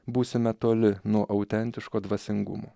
būsime toli nuo autentiško dvasingumo